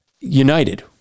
United